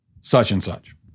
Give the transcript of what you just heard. such-and-such